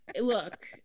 Look